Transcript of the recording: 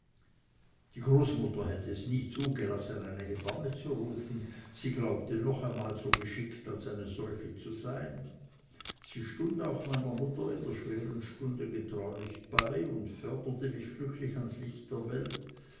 die großmutter hätte es nie zugelassen eine hebamme zu rufen sie glaubte noch einmal so geschickt als eine solche zu sein sie stund auch meiner mutter in der schweren stunde getreulich bei und förderte mich glücklich ans licht der welt